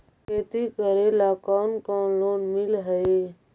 खेती करेला कौन कौन लोन मिल हइ?